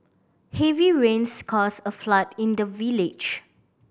heavy rains caused a flood in the village